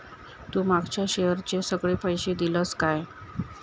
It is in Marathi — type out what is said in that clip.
तू मागच्या शेअरचे सगळे पैशे दिलंस काय?